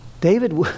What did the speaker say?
David